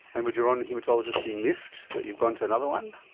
and would your own haematologist be miffed that you've gone to another one?